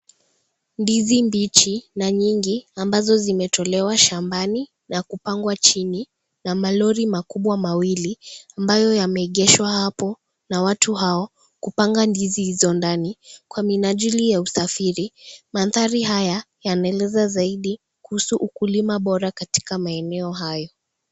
Ndizi mbichi na nyingi ambazo zimetolewa shambani na kupangwa chini na maliri makubwa mawili, ambayo yameegeshwa hapo na watu hao kupanga ndizi hizo ndani kwa minajili ya usafiri. Mandhari haya yanaelea zaidi kuhusu ukulima bora katika maeneo hayo.